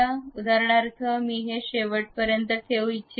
उदाहरणार्थ मी हे शेवटपर्यंत ठेवू इच्छित आहे